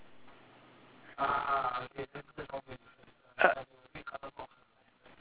uh